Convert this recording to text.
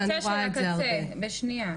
לקצה של הקצה, בשנייה.